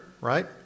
right